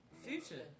Future